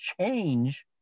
change